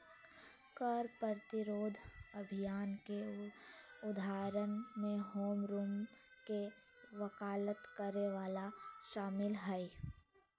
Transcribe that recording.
कर प्रतिरोध अभियान के उदाहरण में होम रूल के वकालत करे वला शामिल हइ